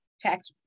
tax